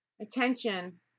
attention